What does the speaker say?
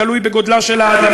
תלוי בגודלה של האדמה,